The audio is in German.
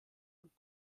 und